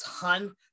ton